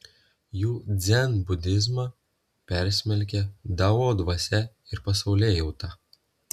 jų dzenbudizmą persmelkia dao dvasia ir pasaulėjauta